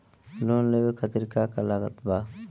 Loan लेवे खातिर का का लागत ब?